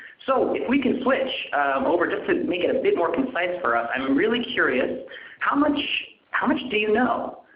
so if we can switch over just to make it a bit more concise for us, i'm really curious how much how much do you know?